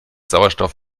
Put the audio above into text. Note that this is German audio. sauerstoff